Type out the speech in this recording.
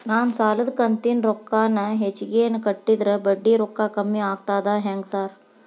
ನಾನ್ ಸಾಲದ ಕಂತಿನ ರೊಕ್ಕಾನ ಹೆಚ್ಚಿಗೆನೇ ಕಟ್ಟಿದ್ರ ಬಡ್ಡಿ ರೊಕ್ಕಾ ಕಮ್ಮಿ ಆಗ್ತದಾ ಹೆಂಗ್ ಸಾರ್?